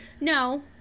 No